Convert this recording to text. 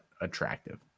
attractive